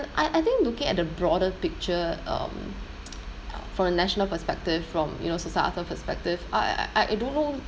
I I think looking at the broader picture um from a national perspective from you know societal perspective I I I don't know